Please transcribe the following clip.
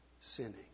sinning